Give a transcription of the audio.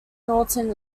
norton